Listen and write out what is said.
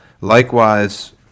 Likewise